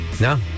no